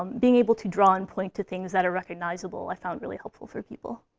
being able to draw and point to things that are recognizable, i found really helpful for people.